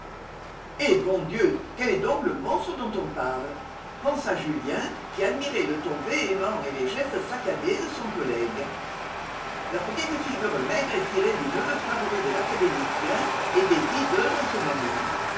eh bon dieu quel est donc le monstre dont on parle pensa julien qui admirait le ton véhément et les gestes saccadés de son collègue la petite figure maigre et tirée du neveu favori de l'académicien était hideuse en ce moment